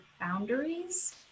boundaries